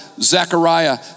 Zechariah